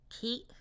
keep